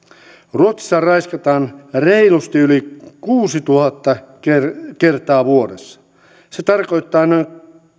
ruotsissa raiskataan reilusti yli kuusituhatta kertaa vuodessa se tarkoittaa noin